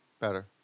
Better